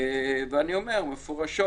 אני אומר מפורשות,